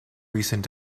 recent